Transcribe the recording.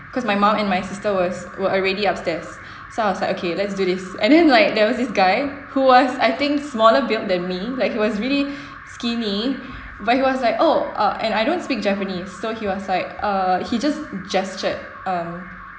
cause my mum and my sister was were already upstairs so I was like okay let's do this and then like there was this guy who was I think smaller built than me like he was really skinny but he was like oh uh and I don't speak japanese so he was uh he just gestured um